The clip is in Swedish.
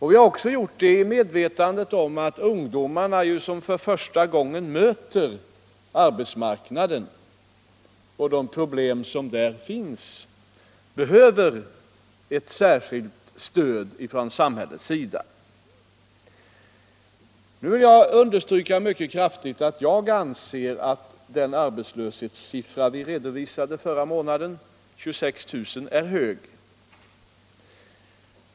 Vi har också gjort det i medvetande om att ungdomarna, som för första gången möter arbetsmarknaden och de problem som där finns, behöver ett särskilt stöd från samhällets sida. Nu vill jag mycket kraftigt understryka att jag anser att den arbetslöshetssiffra som vi redovisade förra månaden — 26 000 — är för hög.